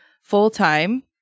full-time